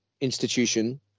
institution